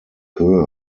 höhe